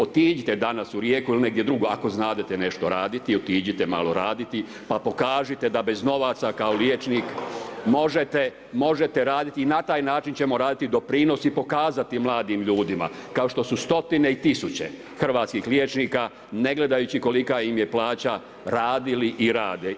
Otiđite danas u Rijeku ili negdje drugdje ako znadete nešto raditi, otiđite malo raditi pa pokažite da bez novaca kao liječnik možete raditi i na taj način ćemo raditi doprinos i pokazati mladim ljudima kao što su stotine i tisuće hrvatskih liječnika, ne gledajući kolika im je plaća radili i rade.